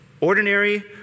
Ordinary